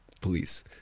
police